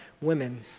women